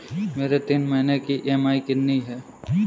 मेरी तीन महीने की ईएमआई कितनी है?